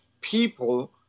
people